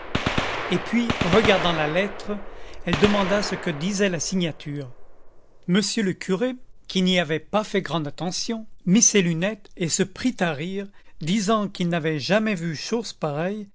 et puis regardant la lettre elle demanda ce que disait la signature monsieur le curé qui n'y avait pas fait grande attention mit ses lunettes et se prit à rire disant qu'il n'avait jamais vu chose pareille